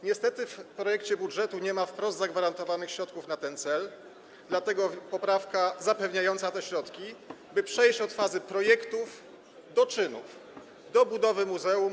Niestety w projekcie budżetu nie ma wprost zagwarantowanych środków na ten cel, dlatego jest ta poprawka, zapewniająca te środki, by przejść od fazy projektów do czynów, do budowy muzeum.